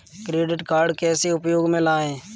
Credit card कैसे उपयोग में लाएँ?